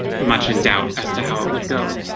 much in doubt as to how it would go